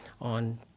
on